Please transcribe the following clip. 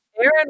Aaron